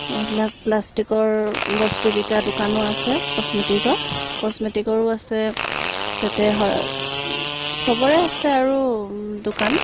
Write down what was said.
এইবিলাক প্লাষ্টিকৰ বস্তু বিকা দোকানো আছে কচ্মটিকৰ কচ্মটিকৰো আছে তাতে চবৰে আছে আৰু দোকান